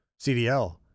CDL